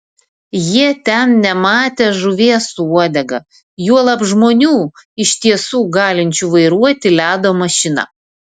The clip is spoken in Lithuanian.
jie ten nematę žuvies su uodega juolab žmonių iš tiesų galinčių vairuoti ledo mašiną